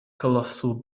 colossal